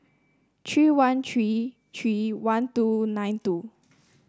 three one three three one two nine two